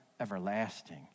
everlasting